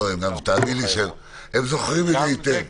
תאמין לי שהם זוכרים את זה היטב.